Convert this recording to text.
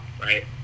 Right